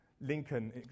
Lincoln